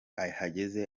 ahageze